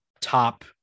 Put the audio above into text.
top